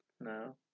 No